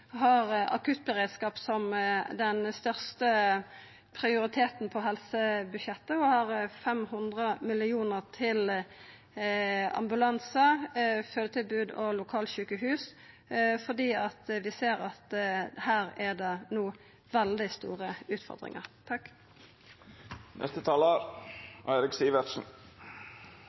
har akuttberedskap som den største prioriteten i helsebudsjettet, og har 500 mill. kr til ambulanse, fødetilbod og lokalsjukehus, fordi vi ser at her er det no veldig store utfordringar.